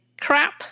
crap